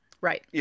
Right